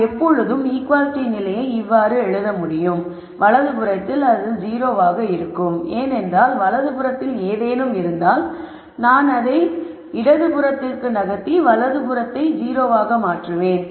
நாம் எப்பொழுதும் ஈக்குவாலிட்டி நிலையை இவ்வாறு எழுத முடியும் வலது புறத்தில் 0 ஆக இருக்கும் ஏனென்றால் வலது புறத்தில் ஏதேனும் இருந்தால் நான் அதை இடது புறத்திற்கு நகர்த்தி வலது புறத்தில் 0 ஐப் பெறுவேன்